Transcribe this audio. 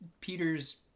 peter's